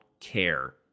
care